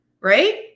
right